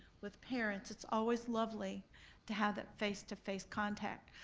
with parents, it's always lovely to have that face to face contact.